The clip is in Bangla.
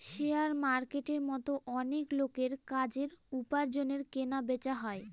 শেয়ার মার্কেটের মতো অনেক লোকের কাজের, উপার্জনের কেনা বেচা হয়